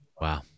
Wow